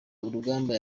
urugamba